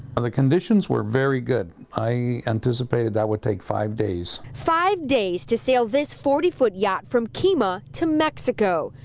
and the conditions were very good. i anticipated that would take five days. reporter five days to sail this forty foot yacht from kemah to mexico.